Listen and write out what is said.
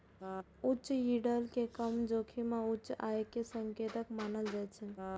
उच्च यील्ड कें कम जोखिम आ उच्च आय के संकेतक मानल जाइ छै